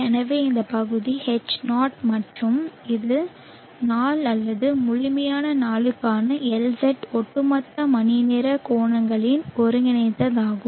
எனவே இந்த பகுதி H 0 மற்றும் இது நாள் அல்லது முழுமையான நாளுக்கான LZ ஒட்டுமொத்த மணிநேர கோணங்களின் ஒருங்கிணைந்ததாகும்